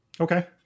Okay